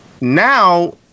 Now